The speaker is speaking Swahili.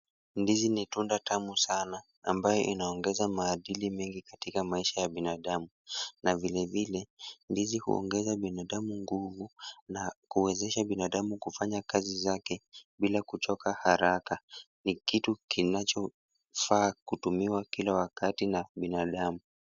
Ndizi ni tunda tamu sana, ambayo inaongeza maadili mengi katika maisha ya binadamu na vilevile, ndizi huongeza binadamu nguvu na kuwezesha binadamu kufanya kazi zake bila kuchoka haraka. Ni kitu kinachofaa kutumiwa kila wakati na binadamu.